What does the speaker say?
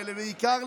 ובעיקר,